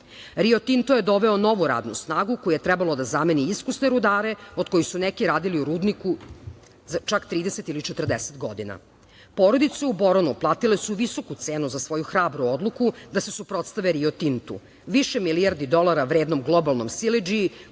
Tinto je doveo novu radnu snagu koju je trebalo da zameni iskusne rudare, od kojih su neki radili u rudniku za čak 30 ili 40 godina. Porodice u Boroni platile su visoku cenu za svoju hrabru odluku da se suprotstave Rio Tintu, više milijardi dolara vrednom globalnom siledžiji